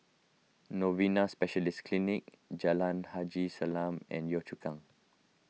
Novena Specialist Clinic Jalan Haji Salam and Yio Chu Kang